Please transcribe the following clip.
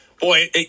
boy